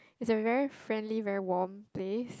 is a very friendly very warm place